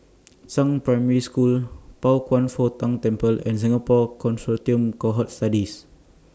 Zhang Primary School Pao Kwan Foh Tang Temple and Singapore Consortium Cohort Studies